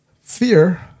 Fear